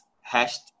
hashed